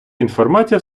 інформація